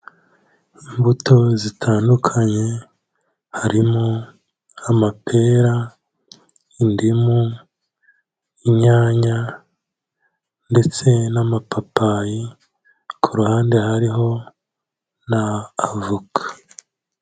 Imbuto zitandukanye, harimo amapera, indimu, inyanya ndetse n'amapapayi, ku ruhande hariho na avoka.